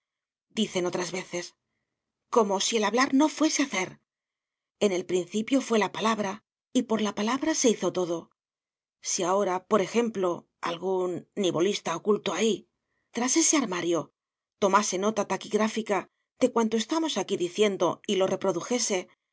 dicen otras veces como si el hablar no fuese hacer en el principio fué la palabra y por la palabra se hizo todo si ahora por ejemplo algún nivolista oculto ahí tras ese armario tomase nota taquigráfica de cuanto estamos aquí diciendo y lo reprodujese